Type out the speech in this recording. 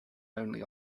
only